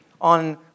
on